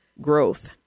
growth